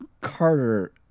carter